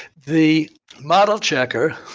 the model checker,